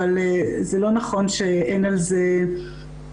אבל זה לא נכון שאין על זה מידע.